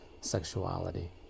sexuality